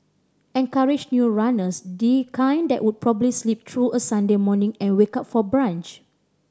encourage new runners the kind that would probably sleep through a Sunday morning and wake up for brunch